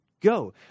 go